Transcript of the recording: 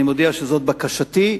אני מודיע שזאת בקשתי,